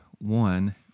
one